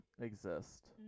exist